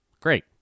Great